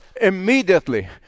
Immediately